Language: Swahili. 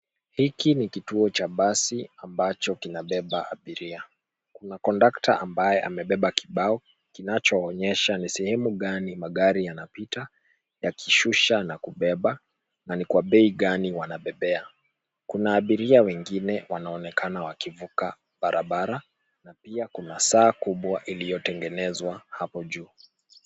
Hiki ni kituo cha basi ambacho kinabeba abiria. Kuna kondakta ambaye amebeba kibao kinachoonyesha ni sehemu gani magari yanapita yakishusha na kubeba na ni kwa bei gani wanabebea. Kuna abiria wengine wanaonekana wakivuka barabara na pia kuna saa kubwa iliyotegenezwa hapo juu.